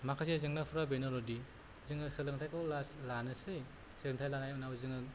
माखासे जेंनाफोरा बेनोल'दि जोङो सोलोथायखौ लासै लानोसौ सोलोंथाय लानायनि उनाव जोङो